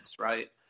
right